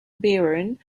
baron